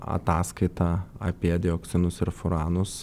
ataskaitą apie dioksinus ir furanus